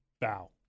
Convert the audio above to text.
bow